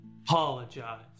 apologize